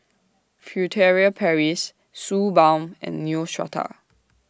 Furtere Paris Suu Balm and Neostrata